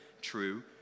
true